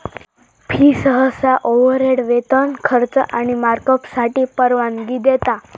fee सहसा overhead, वेतन, खर्च आणि मार्कअपसाठी परवानगी देता